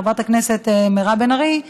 חברת הכנסת מירב בן ארי,